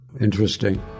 Interesting